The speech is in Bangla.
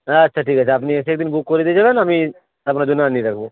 আচ্ছা ঠিক আছে আপনি এসে এক দিন বুক করে দিয়ে যাবেন আমি আপনার জন্য আনিয়ে রাখবো